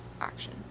action